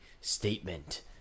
statement